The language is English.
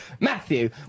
Matthew